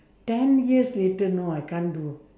ten years later no I can't do